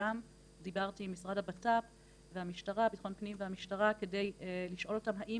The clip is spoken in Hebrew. וגם דיברתי עם משרד הבט"פ והמשטרה כדי לשאול אותם האם